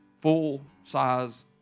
Full-size